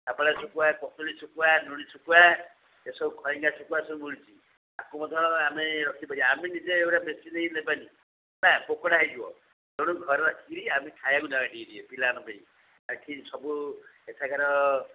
ହାବଳା ଶୁଖୁଆ ପୋଟଳୀ ଶୁଖୁଆ ଲୁଣି ଶୁଖୁଆ ଏସବୁ ଖଇଂଗା ଶୁଖୁଆ ସବୁ ମିଳୁଛି ଆକୁ ମଧ୍ୟ ଆମେ ରଖିପାରିବା ଆମେ ନିଜେ ଏଗୁଡ଼ା ବେଶୀ କେହି ନେବେନି ହେଲା ପୋକଡ଼ା ହୋଇଯିବ ତେଣୁ ଘରେ ରଖିକିରି ଆମେ ଖାଇବାକୁ ଟିକେଟିକେ ପିଲାମାନଙ୍କ ପାଇଁ ଏଠି ସବୁ ଏଠାକାର